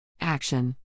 Action